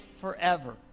forever